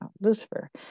lucifer